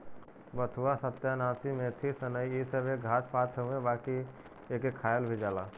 बथुआ, सत्यानाशी, मेथी, सनइ इ सब एक घास पात हउवे बाकि एके खायल भी जाला